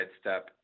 step